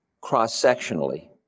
cross-sectionally